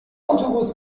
اتوبوس